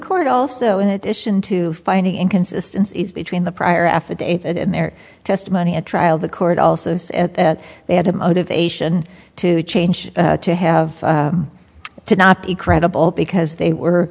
court also in addition to finding inconsistency between the prior affidavit and their testimony at trial the court also says that they had a motivation to change to have to not be credible because they were